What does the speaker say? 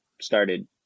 started